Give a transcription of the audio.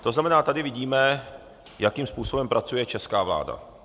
To znamená, že tady vidíme, jakým způsobem pracuje česká vláda.